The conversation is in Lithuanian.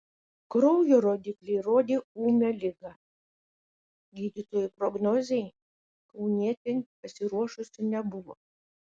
kraujo rodikliai rodė ūmią ligą gydytojų prognozei kaunietė pasiruošusi nebuvo